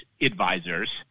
advisors